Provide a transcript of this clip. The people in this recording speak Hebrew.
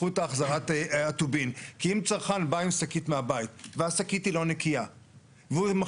יש לשים לב - הוא צריך להגיע בצורה מסוימת לבית הלקוח.